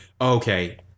okay